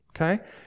Okay